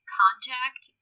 contact